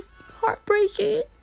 heartbreaking